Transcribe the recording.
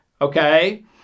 okay